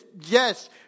Yes